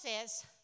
says